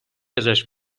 ازش